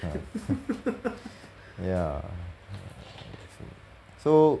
uh ya so